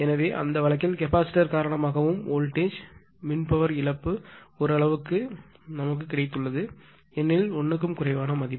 எனவே அந்த வழக்கில் கெப்பாசிட்டர் காரணமாகவும் வோல்டேஜ் மின்பவர் இழப்பும் ஓரளவுக்கு ந்துள்ளது ஏனெனில் 1 க்கும் குறைவான மதிப்பு